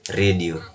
radio